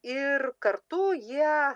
ir kartu jie